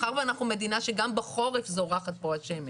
מאחר ואנחנו מדינה שגם בחורף זורחת פה השמש,